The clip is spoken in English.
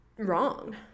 wrong